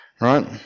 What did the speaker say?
Right